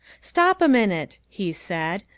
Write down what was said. stop a minute, he said,